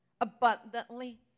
abundantly